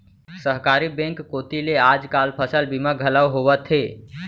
सहकारी बेंक कोती ले आज काल फसल बीमा घलौ होवथे